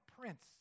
prince